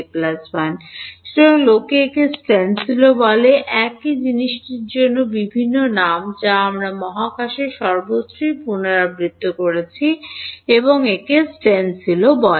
সুতরাং লোকে একে স্টেনসিলও বলেছিল একই জিনিসটির জন্য বিভিন্ন নাম যা আমি মহাকাশে সর্বত্রই পুনরাবৃত্তি করেছি এবং একে স্টেনসিলও বলে